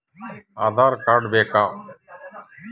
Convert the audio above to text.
Aadhaar card ಬೇಕಾ?